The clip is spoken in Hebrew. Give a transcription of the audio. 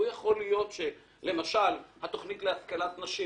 לא יכול להיות שלמשל התוכנית להשכלת נשים